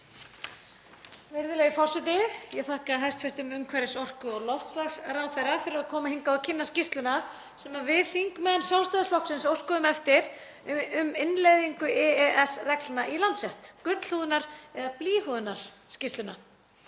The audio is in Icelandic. Virðulegi forseti. Ég þakka hæstv. umhverfis-, orku- og loftslagsráðherra fyrir að koma hingað og kynna skýrsluna sem við þingmenn Sjálfstæðisflokksins óskuðum eftir um innleiðingu EES-reglna í Landsrétt, gullhúðunar- eða blýhúðunarskýrsluna.